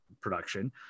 production